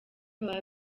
baba